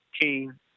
King